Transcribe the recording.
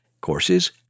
courses